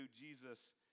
Jesus